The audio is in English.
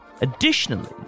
Additionally